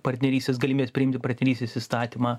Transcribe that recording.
partnerystės galimybes priimti partnerystės įstatymą